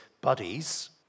buddies